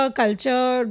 culture